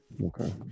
Okay